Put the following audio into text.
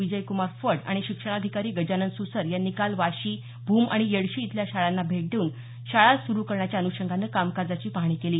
विजयक्रमार फड आणि शिक्षणाधिकारी गजानन सुसर यांनी काल वाशी भूम आणि येडशी इथल्या शाळांना भेट देऊन शाळा सुरू करण्याच्या अनुषंगानं कामकाजाची पाहणी केली